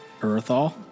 Earthall